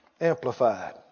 amplified